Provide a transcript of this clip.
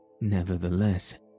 Nevertheless